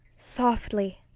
softly!